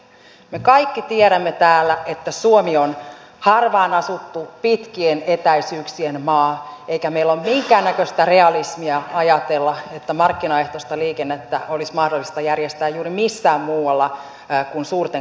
me kaikki tiedämme täällä että suomi on harvaan asuttu pitkien etäisyyksien maa eikä meillä ole minkäännäköistä realismia ajatella että markkinaehtoista liikennettä olisi mahdollista järjestää juuri missään muualla kuin suurten kaupunkien liepeillä